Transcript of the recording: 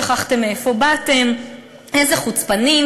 שכחתם מאיפה באתם"; "איזה חוצפנים,